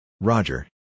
Roger